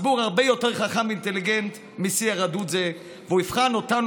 הציבור הרבה יותר חכם ואינטליגנטי משיח רדוד זה והוא יבחן אותנו,